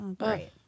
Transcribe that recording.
Right